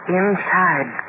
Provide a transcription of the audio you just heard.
inside